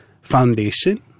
foundation